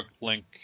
link